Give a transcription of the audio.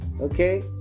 okay